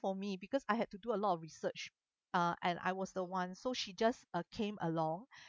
for me because I had to do a lot of research uh and I was the one so she just uh came along